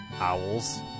owls